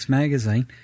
magazine